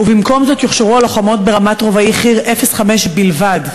ובמקום זאת יוכשרו הלוחמות ברמת רובאי חי"ר 05 בלבד.